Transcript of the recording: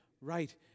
right